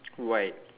white